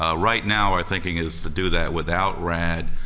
ah right now our thinking is to do that without rad,